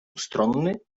ustronny